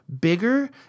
bigger